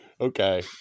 Okay